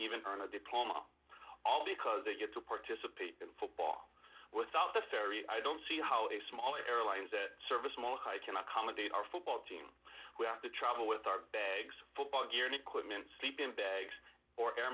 even earn a diploma all because they get to participate in football without the ferry i don't see how a small airlines that serve a small high can accommodate our football team to travel with our bags football gear and equipment sleeping bags or air